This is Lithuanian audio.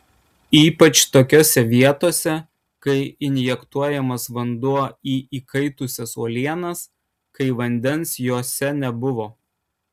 ypač tokiose vietose kai injekuojamas vanduo į įkaitusias uolienas kai vandens juose nebuvo